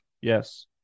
Yes